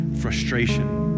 frustration